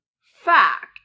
fact